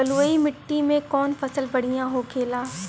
बलुई मिट्टी में कौन फसल बढ़ियां होखे ला?